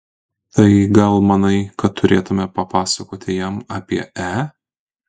tai gal manai kad turėtumėme papasakoti jam apie e